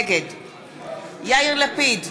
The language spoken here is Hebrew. נגד יאיר לפיד,